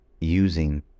using